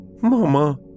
Mama